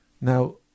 Now